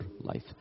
life